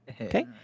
Okay